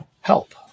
help